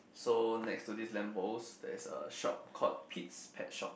so next to this lamp post there's a shop called Pete's pet shop